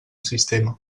sistema